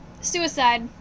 Suicide